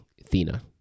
Athena